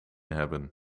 hebben